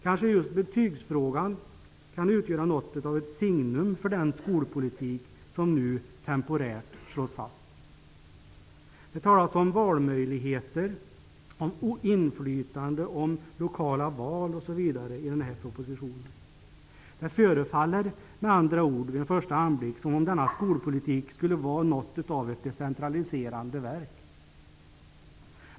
Kanske just betygsfrågan kan utgöra något av ett signum för den skolpolitik som nu temporärt slås fast. Det talas i propositionen om valmöjligheter, inflytande, lokala val, osv. Det förefaller med andra ord vid en första anblick som om denna skolpolitik skulle vara något av ett decentraliserande verk.